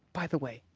by the way,